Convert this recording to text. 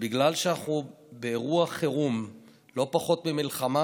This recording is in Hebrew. בגלל שאנחנו באירוע חירום לא פחות ממלחמה,